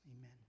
Amen